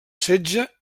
setge